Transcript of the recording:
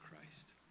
Christ